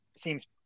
seems